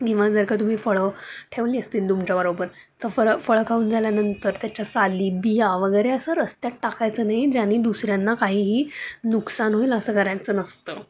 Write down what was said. किंवा जर का तुम्ही फळं ठेवली असतील तुमच्याबरोबर तर फळं फळं खाऊन झाल्यानंतर त्याच्या साली बिया वगैरे असं रस्त्यात टाकायचं नाही ज्याने दुसऱ्यांना काहीही नुकसान होईल असं करायचं नसतं